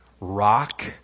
rock